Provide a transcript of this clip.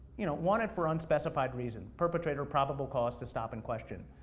you know, wanted for unspecified reason, perpetrator probable cause to stop and question.